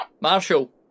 Marshall